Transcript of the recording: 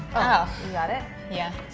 oh, you got it. yeah.